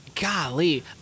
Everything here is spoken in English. golly